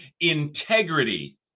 integrity